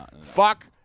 Fuck